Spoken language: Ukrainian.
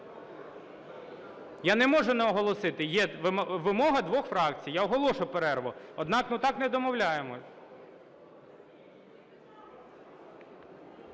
Я не можу не оголосити. Є вимога двох фракцій, я оголошу перерву. Однак, ми так не домовляємося.